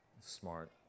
smart